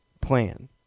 plan